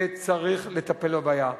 וצריך לטפל בבעיה.